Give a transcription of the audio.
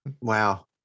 Wow